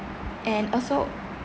and also